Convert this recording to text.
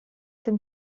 tym